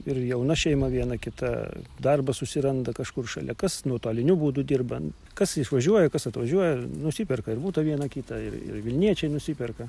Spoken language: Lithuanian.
ir jauna šeima viena kita darbą susiranda kažkur šalia kas nuotoliniu būdu dirbant kas išvažiuoja kas atvažiuoja nusiperka ir butą vieną kitą ir ir vilniečiai nusiperka